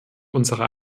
unserer